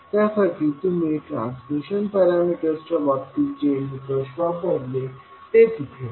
त्यासाठी तुम्ही ट्रांसमिशन पॅरामीटर्सच्या बाबतीत जे निकष वापरले तेच इथे वापरा